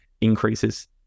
increases